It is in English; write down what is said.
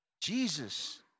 Jesus